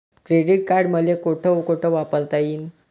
Credit card मले कोठ कोठ वापरता येईन?